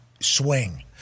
Swing